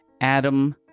Adam